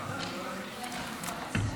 לקריאה השנייה והשלישית.